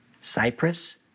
Cyprus